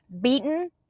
beaten